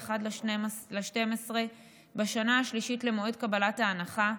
בדצמבר בשנה השלישית למועד קבלת ההנחה,